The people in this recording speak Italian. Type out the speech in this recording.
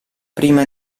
prima